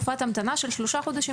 בשפה העברית?